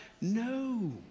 No